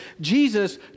Jesus